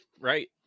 Right